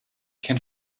kein